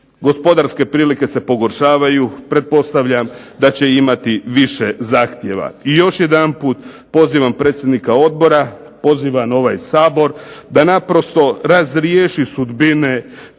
Gospodarske prilike se pogoršavaju, pretpostavljam da će imati više zahtjeva. I još jedanput pozivam predsjednika odbora, pozivam ovaj Sabor da naprosto razriješi sudbine tih na